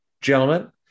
gentlemen